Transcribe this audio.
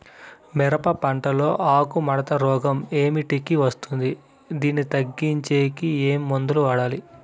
మిరప పంట లో ఆకు ముడత రోగం ఏమిటికి వస్తుంది, దీన్ని తగ్గించేకి ఏమి మందులు వాడాలి?